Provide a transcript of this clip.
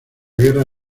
guerra